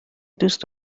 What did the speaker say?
دوست